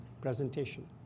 presentation